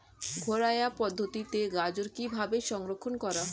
ঘরোয়া পদ্ধতিতে গাজর কিভাবে সংরক্ষণ করা?